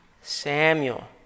Samuel